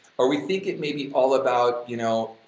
or we think it maybe all about, you know,